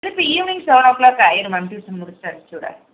திருப்பி evening seven o'clock ஆகிடும் ma'am tuition முடிச்சுட்டு அனுப்ச்சுவுட